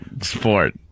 sport